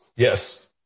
Yes